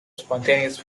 spontaneous